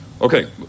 Okay